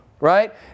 right